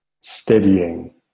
steadying